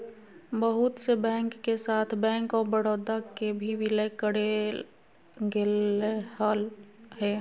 बहुत से बैंक के साथ बैंक आफ बडौदा के भी विलय करेल गेलय हें